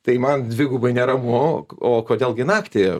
tai man dvigubai neramu o kodėl gi naktį